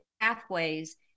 pathways